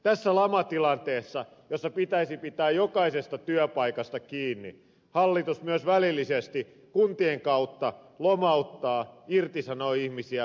tässä lamatilanteessa jossa pitäisi pitää jokaisesta työpaikasta kiinni hallitus myös välillisesti kuntien kautta lomauttaa irtisanoo ihmisiä